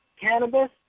cannabis